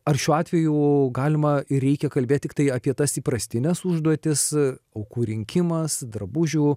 ar šiuo atveju galima ir reikia kalbėtitiktai apie tas įprastines užduotis aukų rinkimas drabužių